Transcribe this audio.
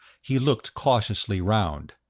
he looked cautiously round.